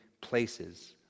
places